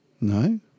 No